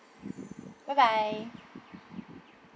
bye bye